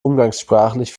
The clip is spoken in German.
umgangssprachlich